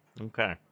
Okay